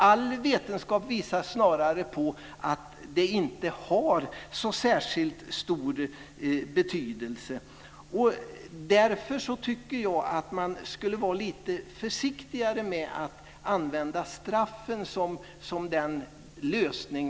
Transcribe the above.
All vetenskap visar snarare att det inte har så särskilt stor betydelse. Därför borde man vara lite försiktigare med att ta till straff som lösning.